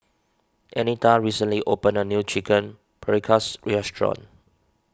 Anita recently opened a new Chicken Paprikas restaurant